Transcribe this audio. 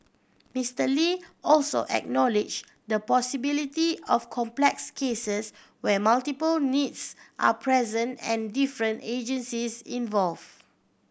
Mister Lee also acknowledge the possibility of complex cases where multiple needs are present and different agencies involve